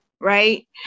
right